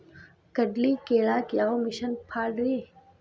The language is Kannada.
ಕಡ್ಲಿ ಕೇಳಾಕ ಯಾವ ಮಿಷನ್ ಪಾಡ್ರಿ?